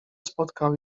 spotkał